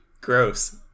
Gross